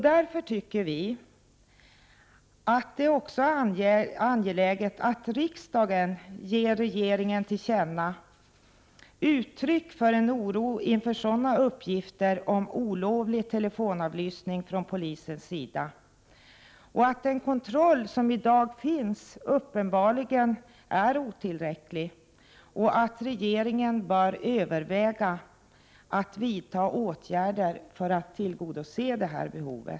Därför tycker vi att det också är angeläget att riksdagen ger regeringen till känna uttryck för en oro inför uppgifter om olovlig telefonavlyssning från polisens sida. Den kontroll som i dag finns är uppenbarligen otillräcklig, och regeringen bör överväga att vidta åtgärder för att tillgodose dessa behov.